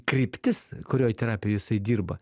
kryptis kurioj terapijoj jisai dirba